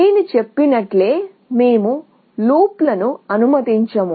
నేను చెప్పినట్లు లూప్లను అనుమతించము